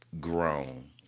grown